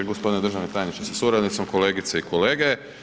Gospodine državni tajniče sa suradnicima, kolegice i kolege.